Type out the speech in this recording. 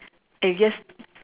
I guess